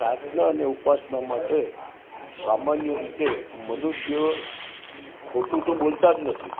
પ્રાર્થના અને ઉપાસના માટે સામાન્ય રીતે મનુષ્ય ખોટું તો બોલતા જ નથી